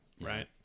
Right